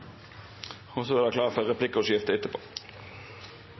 Og så er det